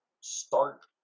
start